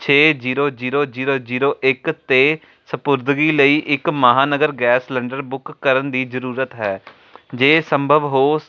ਛੇ zero zero zero zero ਇੱਕ 'ਤੇ ਸਪੁਰਦਗੀ ਲਈ ਇੱਕ ਮਹਾਨਗਰ ਗੈਸ ਸਿਲੰਡਰ ਬੁੱਕ ਕਰਨ ਦੀ ਜ਼ਰੂਰਤ ਹੈ ਜੇ ਸੰਭਵ ਹੋ